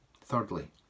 Thirdly